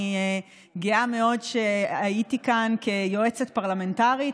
אני גאה מאוד שהייתי כאן כיועצת פרלמנטרית,